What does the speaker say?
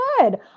good